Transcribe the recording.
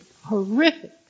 horrific